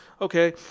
okay